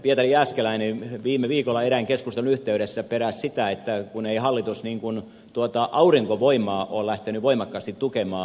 pietari jääskeläinen viime viikolla erään keskustelun yhteydessä peräsi sitä että kun ei hallitus aurinkovoimaa ole lähtenyt voimakkaasti tukemaan